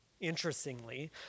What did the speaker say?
Interestingly